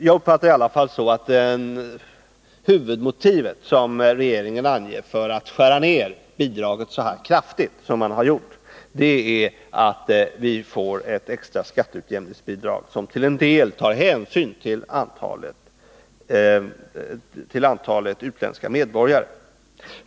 Jag uppfattar det i alla fall så, att det huvudmotiv som regeringen anger för att skära ner bidraget så kraftigt som man har gjort är att vi får ett extra skatteutjämningsbidrag, som till en del tar hänsyn till antalet utländska medborgare.